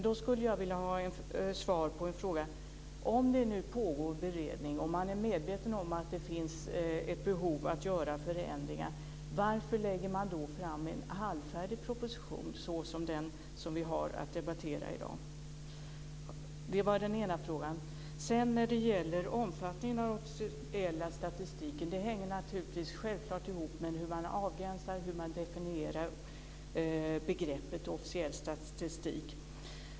Då skulle jag vilja ha svar på en fråga: Om det nu pågår beredning och man är medveten om att det finns ett behov att göra förändringar, varför lägger man fram en halvfärdig proposition, som den som vi har att debattera i dag? Det var den ena frågan. Omfattningen av den officiella statistiken hänger naturligtvis ihop med hur man avgränsar, hur man definierar begreppet officiell statistik.